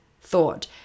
thought